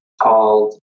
called